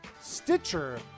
Stitcher